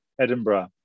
Edinburgh